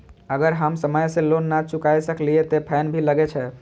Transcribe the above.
अगर हम समय से लोन ना चुकाए सकलिए ते फैन भी लगे छै?